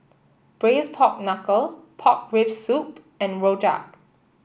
Braised Pork Knuckle Pork Rib Soup and rojak